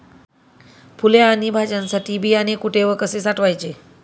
फुले आणि भाज्यांसाठी बियाणे कुठे व कसे साठवायचे?